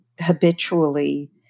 habitually